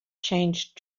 changed